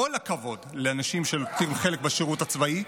כל הכבוד לאנשים שנוטלים חלק בשירות הצבאי,